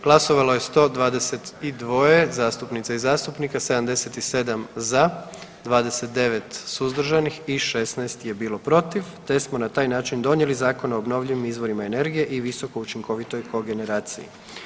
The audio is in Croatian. Glasovalo je 122 zastupnika i zastupnica, 77 za, 29 suzdržanih i 16 je bilo protiv te smo na taj način donijeli Zakon o obnovljivim izvorima energije i visoko učinkovitoj kogeneraciji.